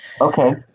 Okay